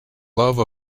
love